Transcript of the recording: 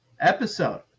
episode